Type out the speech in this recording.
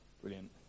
Brilliant